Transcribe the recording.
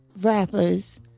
rappers